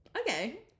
okay